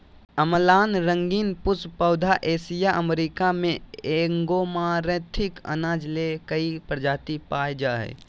अम्लान रंगीन पुष्प पौधा एशिया अमेरिका में ऐमारैंथ अनाज ले कई प्रजाति पाय जा हइ